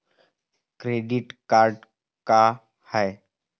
Credit card का हाय?